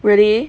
really